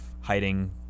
hiding